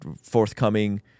forthcoming